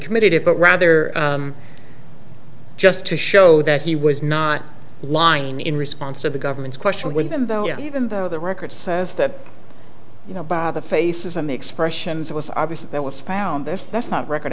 committed it but rather just to show that he was not lying in response to the government's question when even though even though the record says that you know the faces and the expressions it was obvious that was found there that's not record